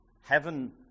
Heaven